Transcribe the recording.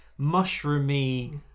mushroomy